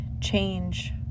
change